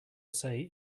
say